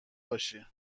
باشی